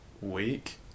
week